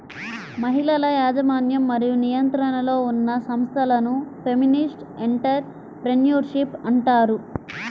మహిళల యాజమాన్యం మరియు నియంత్రణలో ఉన్న సంస్థలను ఫెమినిస్ట్ ఎంటర్ ప్రెన్యూర్షిప్ అంటారు